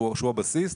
שהוא הבסיס,